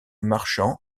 marchands